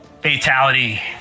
fatality